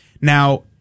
Now